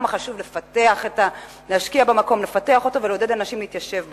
לפתח אותו ולעודד אנשים להתיישב בו.